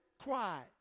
cry